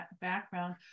background